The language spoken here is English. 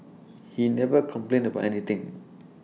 he never complained about anything